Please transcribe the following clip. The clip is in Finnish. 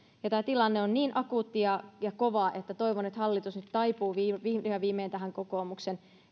tämä tilanne on niin akuutti ja kova että toivon että hallitus nyt taipuu vihdoin ja viimein tähän kokoomuksen